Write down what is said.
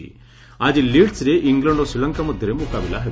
ଆଜି ଲିଡ୍ସ୍ରେ ଇଂଲଣ୍ଡ ଓ ଶ୍ରୀଲଙ୍କା ମଧ୍ୟରେ ମୁକାବିଲା ହେବ